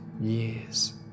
years